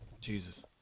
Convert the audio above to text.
Jesus